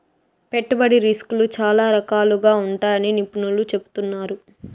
పెట్టుబడి రిస్కులు చాలా రకాలుగా ఉంటాయని నిపుణులు చెబుతున్నారు